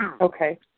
Okay